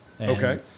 Okay